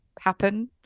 happen